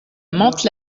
mantes